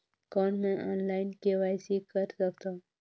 कौन मैं online KYC कर सकथव?